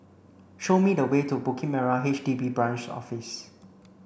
show me the way to Bukit Merah H D B Branch Office